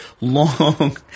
long